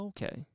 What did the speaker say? Okay